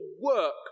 work